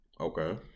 Okay